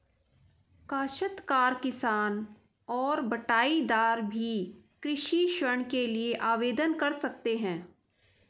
काश्तकार किसान और बटाईदार भी कृषि ऋण के लिए आवेदन कर सकते हैं